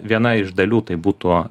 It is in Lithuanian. viena iš dalių tai būtų